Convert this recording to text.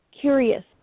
curious